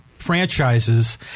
franchises